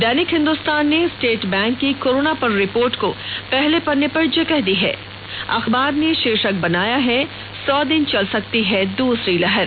दैनिक हिंदुस्तान ने State Bank की corona पर रिपोर्ट को पहले पन्ने पर जगह दी है अखबार ने शीर्षक बनाया है सौ दिन चल सकती है दुसरी लहर